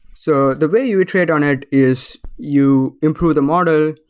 so the way you trade on it is you improve the model.